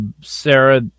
Sarah